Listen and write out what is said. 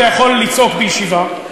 אתה יכול לצעוק בישיבה,